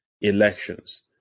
elections